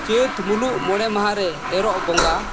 ᱪᱟᱹᱛ ᱢᱩᱞᱩᱠ ᱢᱚᱬᱮ ᱢᱟᱦᱟᱨᱮ ᱮᱨᱚᱜ ᱵᱚᱸᱜᱟ